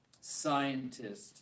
scientist